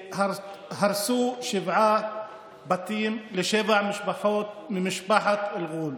והרסו שבעה בתים לשבע משפחות ממשפחת אלע'ול.